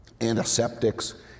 antiseptics